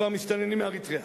כבר מסתננים מאריתריאה.